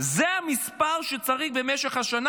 זה מספר חיילי המילואים שצריך במשך השנה